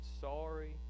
sorry